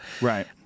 Right